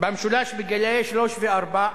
במשולש בגיל שלוש וארבע,